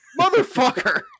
Motherfucker